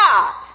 God